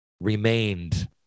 remained